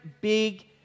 big